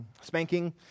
Spanking